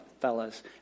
fellas